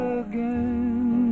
again